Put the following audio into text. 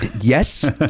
yes